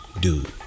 dude